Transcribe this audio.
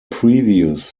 previous